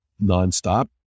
nonstop